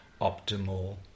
optimal